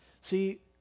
See